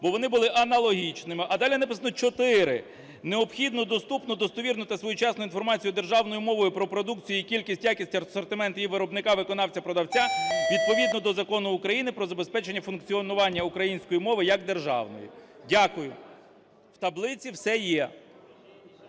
бо вони були аналогічними. А далі написано: "4) необхідну, доступну, достовірну та своєчасну інформацію державною мовою про продукцію, її кількість, якість, асортимент, її виробника (виконавця, продавця) відповідно до Закону України про забезпечення функціонування української мови як державної". Дякую. В таблиці все є.